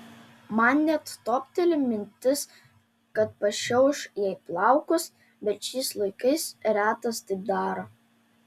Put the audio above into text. man net topteli mintis kad pašiauš jai plaukus bet šiais laikais retas taip daro